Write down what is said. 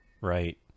right